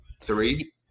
three